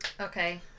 Okay